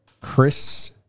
Chris